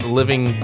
living